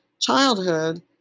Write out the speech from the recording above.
childhood